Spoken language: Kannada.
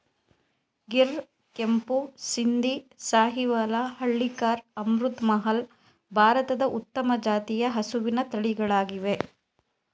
ಗಿರ್, ಕೆಂಪು ಸಿಂಧಿ, ಸಾಹಿವಾಲ, ಹಳ್ಳಿಕಾರ್, ಅಮೃತ್ ಮಹಲ್, ಭಾರತದ ಉತ್ತಮ ಜಾತಿಯ ಹಸಿವಿನ ತಳಿಗಳಾಗಿವೆ